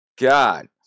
God